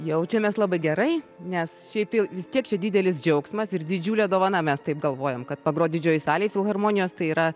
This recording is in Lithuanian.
jaučiamės labai gerai nes šiaip jau vis tiek čia didelis džiaugsmas ir didžiulė dovana mes taip galvojam kad pagrot didžiojoj salėj filharmonijos tai yra